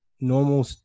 normal